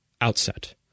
outset